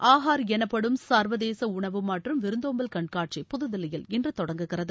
ஆஹார் எனப்படும் சர்வதேச உணவு மற்றும் விருந்தோம்பல் கண்காட்சி புதுதில்லியில் இன்று தொடங்குகிறது